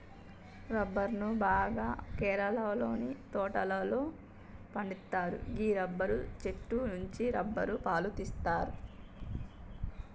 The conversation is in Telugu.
రబ్బరును బాగా కేరళలోని తోటలలో పండిత్తరు గీ రబ్బరు చెట్టు నుండి రబ్బరు పాలు తీస్తరు